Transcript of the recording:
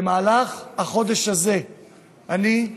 במהלך החודש הזה אני,